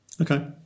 Okay